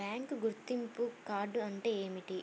Bank గుర్తింపు card అంటే ఏమిటి?